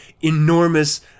enormous